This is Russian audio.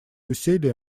усилия